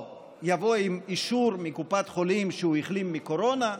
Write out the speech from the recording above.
או יבוא עם אישור מקופת חולים שהוא החלים מקורונה.